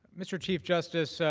mr. chief justice,